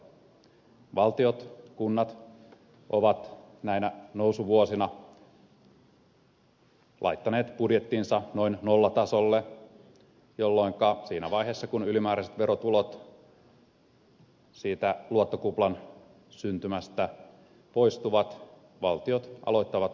valtiot kunnat ovat näinä nousuvuosina laittaneet budjettinsa noin nollatasolle jolloin siinä vaiheessa kun ylimääräiset verotulot siitä luottokuplan syntymästä poistuvat valtiot aloittavat velkaantumisensa